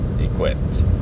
equipped